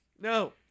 No